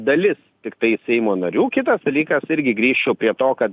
dalis tiktai seimo narių kitas dalykas irgi grįščiau prie to kad